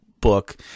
book